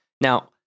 Now